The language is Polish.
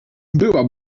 była